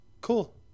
Cool